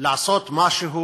לעשות משהו